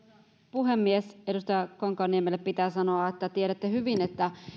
puhemies edustaja kankaanniemelle pitää sanoa että tiedätte hyvin että